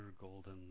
golden